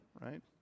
right